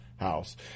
House